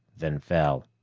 then fell.